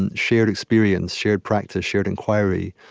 and shared experience, shared practice, shared inquiry,